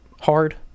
Hard